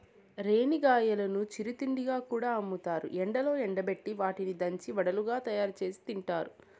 రేణిగాయాలను చిరు తిండిగా కూడా అమ్ముతారు, ఎండలో ఎండబెట్టి వాటిని దంచి వడలుగా తయారుచేసి తింటారు